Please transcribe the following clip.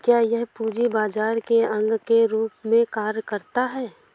क्या यह पूंजी बाजार के अंग के रूप में कार्य करता है?